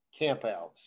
campouts